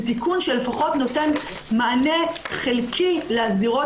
ותיקון שלפחות נותן מענה חלקי לזירות